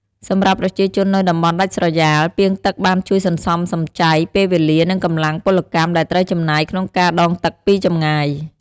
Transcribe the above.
សម្រាប់ប្រជាជននៅតំបន់ដាច់ស្រយាល ពាងទឹកបានជួយសន្សំសំចៃពេលវេលា និងកម្លាំងពលកម្មដែលត្រូវចំណាយក្នុងការដងទឹកពីចម្ងាយ។